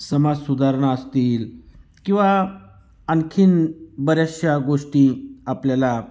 समाजसुधारणा असतील किंवा आणखी बऱ्याचशा गोष्टी आपल्याला